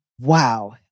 Wow